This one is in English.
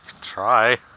try